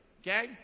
okay